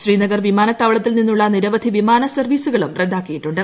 ശ്രീനഗർ വിമാനത്താവളത്തിൽ നിന്നുള്ള നിരവധി വിമാന സർവ്വീസുകളും റദ്ദാക്കിയിട്ടുണ്ട്